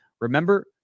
Remember